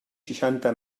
seixanta